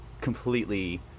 completely